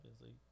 League